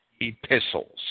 epistles